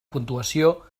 puntuació